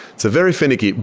so very finicky.